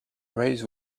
raised